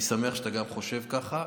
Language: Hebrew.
אני שמח שגם אתה חושב ככה.